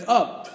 up